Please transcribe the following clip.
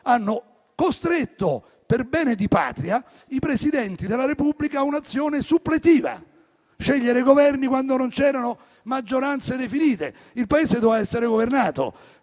hanno costretto, per bene di Patria, i Presidenti della Repubblica a un'azione suppletiva: scegliere i Governi quando non c'erano maggioranze definite, perché il Paese doveva essere governato.